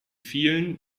vielen